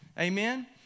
Amen